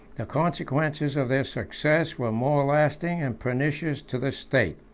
the consequences of their success were more lasting and pernicious to the state.